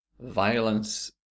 violence